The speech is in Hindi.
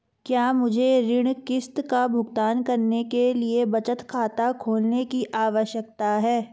क्या मुझे ऋण किश्त का भुगतान करने के लिए बचत खाता खोलने की आवश्यकता है?